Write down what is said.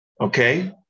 okay